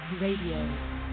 Radio